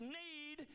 need